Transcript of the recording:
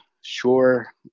sure